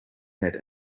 head